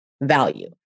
value